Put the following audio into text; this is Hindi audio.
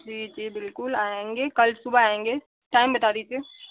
जी जी बिल्कुल आएँगे कल सुबह आएँगे टाइम बता दीजिए